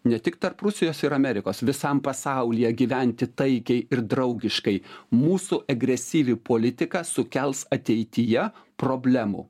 ne tik tarp rusijos ir amerikos visam pasaulyje gyventi taikiai ir draugiškai mūsų agresyvi politika sukels ateityje problemų